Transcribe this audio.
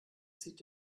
zieht